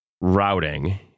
routing